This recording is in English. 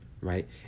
right